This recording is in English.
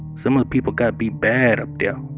some of the people got beat bad up yeah